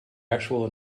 actual